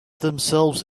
themselves